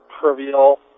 trivial